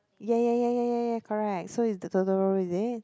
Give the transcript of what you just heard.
ya ya ya ya ya ya correct so is the Totoro is it